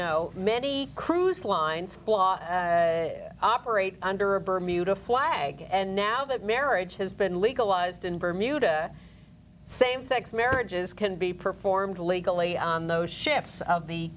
know many cruise lines operate under a bermuda fly again and now that marriage has been legalized in bermuda same sex marriages can be performed legally on those ships of the